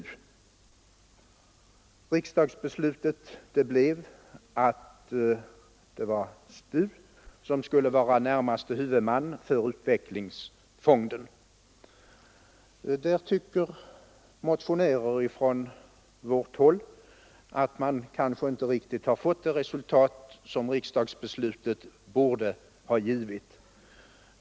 Riksdagsbeslutet blev att STU skulle vara närmaste huvudman för utvecklingsfonden. I detta avseende tycker motionärer från vårt håll att man kanske inte riktigt har fått det resultat som riksdagsbeslutet borde ha givit.